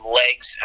legs